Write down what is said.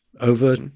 over